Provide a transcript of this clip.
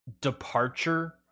departure